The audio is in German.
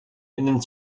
innen